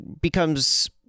becomes